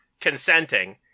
consenting